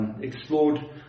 explored